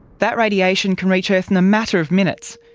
that radiation can reach earth in a matter of minutes,